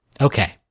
Okay